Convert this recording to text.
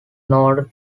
noted